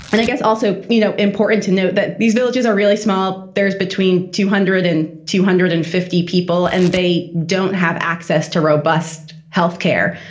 and i guess also, you know, important to note that these villages are really small. there's between two hundred and two hundred and fifty people and they don't have access to robust health care.